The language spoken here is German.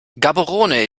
gaborone